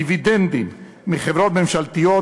דיבידנדים מחברות ממשלתיות,